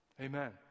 Amen